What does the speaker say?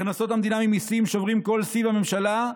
הכנסות המדינה ממיסים שוברות כל שיא בממשלה.